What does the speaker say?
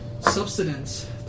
Substance